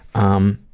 um,